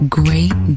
great